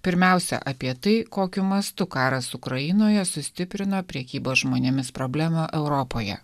pirmiausia apie tai kokiu mastu karas ukrainoje sustiprino prekybos žmonėmis problemą europoje